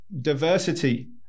diversity